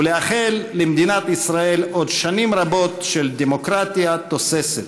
ולאחל למדינת ישראל עוד שנים רבות של דמוקרטיה תוססת